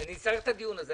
אבל אני צריך את הדיון הזה.